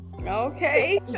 Okay